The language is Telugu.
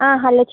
ఆ హలో